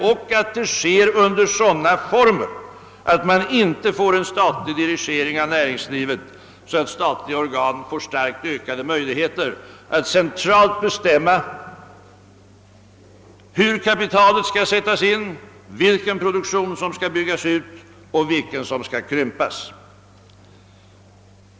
Det måste ske under sådana former att man inte får en statlig dirigering av näringslivet, så att statliga organ får starkt ökade möjligheter att centralt bestämma hur kapitalet skall sättas in, vilken produktion som skall byggas ut och vilken som skall krympas.